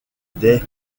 dès